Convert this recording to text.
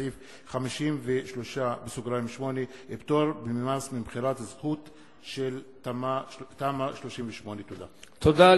סעיף 53(8) פטור ממס במכירת זכות של תמ"א 38. תודה.